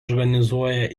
organizuoja